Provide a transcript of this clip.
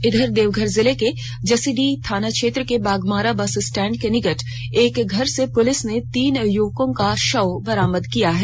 इधर देवघर जिले के जसीडीह थाना क्षेत्र के बाघमारा बस स्टैंड के निकट एक घर से पुलिस ने तीन युवकों का शव बरामद किया है